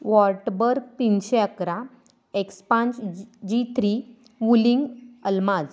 वॉटबर तीनशे अकरा एक्सपांज जी थ्री वुलिंग अलमाज